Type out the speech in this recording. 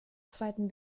zweiten